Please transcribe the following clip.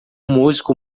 músico